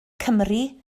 cymru